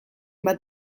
bat